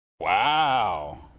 Wow